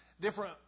different